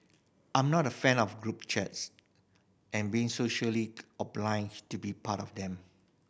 I'm not a fan of group chats and being socially obliged to be part of them